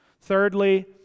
Thirdly